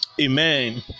amen